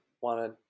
wanted